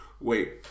wait